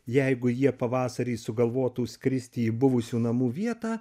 jeigu jie pavasarį sugalvotų skristi į buvusių namų vietą